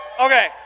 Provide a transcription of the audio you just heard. Okay